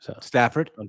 Stafford